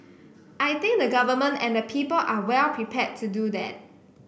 I think the Government and the people are well prepared to do that